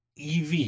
EV